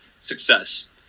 success